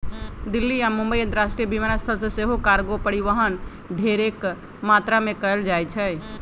दिल्ली आऽ मुंबई अंतरराष्ट्रीय विमानस्थल से सेहो कार्गो परिवहन ढेरेक मात्रा में कएल जाइ छइ